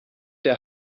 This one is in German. der